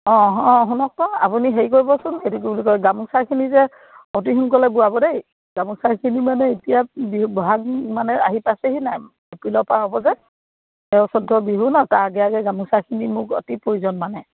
অঁ অঁ শুনকচোন আপুনি হেৰি কৰিবচোন সেইটো বুলি কয় গামোচাখিনি যে অতি সোনকলে বোৱাব দেই গামোচাখিনি মানে এতিয়া বিহু বহাগ মানে আহি পাইছেহি নাই এপ্ৰিলৰ পৰা হ'ব যে তেৰ চৈধ্য বিহু ন তাৰ আগে আগে গামোচাখিনি মোক অতি প্ৰয়োজন মানে